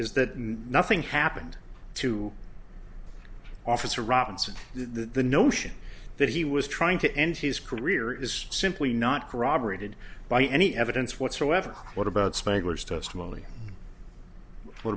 is that nothing happened to officer robinson the notion that he was trying to end his career is simply not corroborated by any evidence whatsoever what about